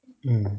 mm